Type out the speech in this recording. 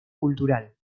cultural